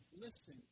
listen